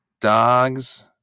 Dogs